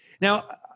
Now